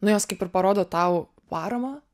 nu jos kaip ir parodo tau paramą